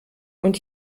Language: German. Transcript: und